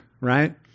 right